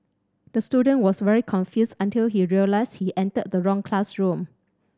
the student was very confused until he realised he entered the wrong classroom